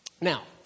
Now